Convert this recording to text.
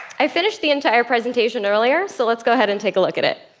i finished the entire presentation earlier, so let's go ahead and take a look at it.